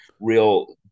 real